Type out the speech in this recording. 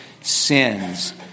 sins